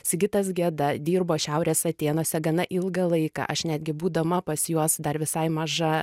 sigitas geda dirbo šiaurės atėnuose gana ilgą laiką aš netgi būdama pas juos dar visai maža